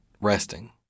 resting